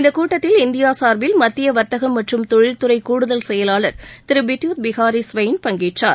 இந்த கூட்டத்தில் இந்தியா சார்பில் மத்திய வர்த்தகம் மற்றும் தொழில்துறை கூடுதல் செயலாளர் திரு பித்யூத் பிஹாரி ஸ்வெயின் பங்கேற்றார்